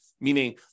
meaning